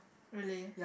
really